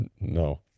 No